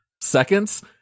seconds